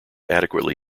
adequately